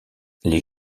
les